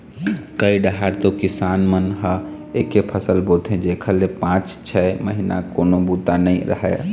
कइ डाहर तो किसान मन ह एके फसल बोथे जेखर ले पाँच छै महिना कोनो बूता नइ रहय